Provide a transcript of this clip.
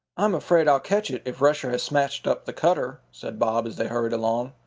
i'm afraid i'll catch it, if rusher has smashed up the cutter, said bob as they hurried along.